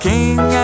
King